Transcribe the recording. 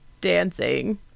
dancing